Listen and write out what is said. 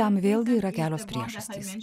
tam vėlgi yra kelios priažastys